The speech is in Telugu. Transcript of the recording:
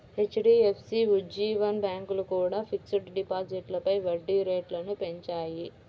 హెచ్.డి.ఎఫ్.సి, ఉజ్జీవన్ బ్యాంకు కూడా ఫిక్స్డ్ డిపాజిట్లపై వడ్డీ రేట్లను పెంచాయి